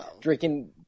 drinking